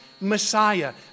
Messiah